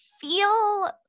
feel